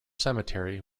cemetery